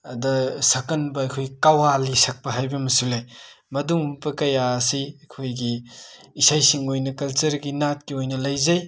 ꯑꯗ ꯁꯛꯀꯟꯕ ꯑꯩꯈꯣꯏ ꯀꯋꯥꯂꯤ ꯁꯛꯄ ꯍꯥꯏꯕ ꯑꯃꯁꯨ ꯂꯩ ꯃꯗꯨꯃꯨꯄ ꯀꯌꯥꯁꯤ ꯑꯩꯈꯣꯏꯒꯤ ꯏꯁꯩꯁꯤꯡ ꯑꯣꯏꯅ ꯀꯜꯆꯔꯒꯤ ꯅꯥꯠꯀꯤ ꯑꯣꯏꯅ ꯂꯩꯖꯩ